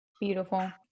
Beautiful